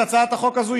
את הצעת החוק הזו,